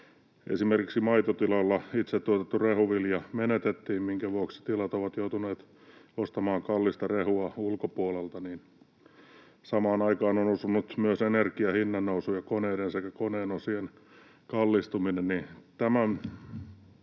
Esimerkiksi maitotilalla itsetuotettu rehuvilja menetettiin, minkä vuoksi tilat ovat joutuneet ostamaan kallista rehua ulkopuolelta. Samaan aikaan on osunut myös energian hinnannousu ja koneiden sekä koneenosien kallistuminen.